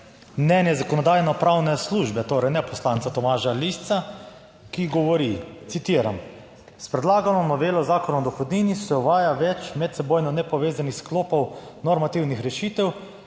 mnenje Zakonodajno-pravne službe, torej ne poslanca Tomaža Lisca, ki govori. Citiram: "S predlagano novelo Zakona o dohodnini se uvaja več medsebojno nepovezanih sklopov normativnih rešitev,